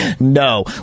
No